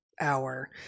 hour